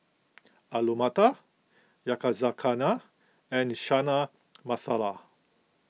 Alu Matar Yakizakana and Chana Masala